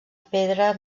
pedra